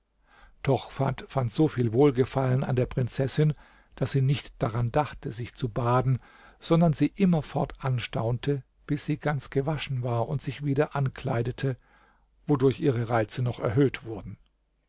tochfat fand so viel wohlgefallen an der prinzessin daß sie nicht daran dachte sich zu baden sondern sie immerfort anstaunte bis sie ganz gewaschen war und sich wieder ankleidete wodurch ihre reize noch erhöht wurden